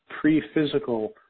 pre-physical